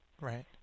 right